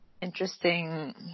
interesting